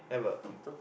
don't